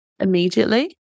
immediately